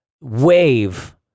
wave